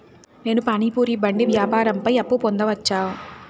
నేను పానీ పూరి బండి వ్యాపారం పైన అప్పు పొందవచ్చా?